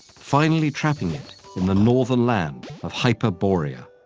finally trapping it in the northern land of hyperborea.